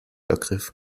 ergriff